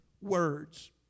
words